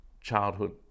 childhood